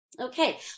Okay